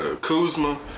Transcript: Kuzma